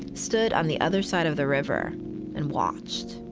stood on the other side of the river and watched.